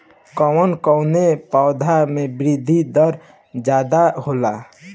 कवन कवने पौधा में वृद्धि दर ज्यादा होला?